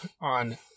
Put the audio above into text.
on